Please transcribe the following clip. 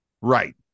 Right